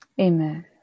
Amen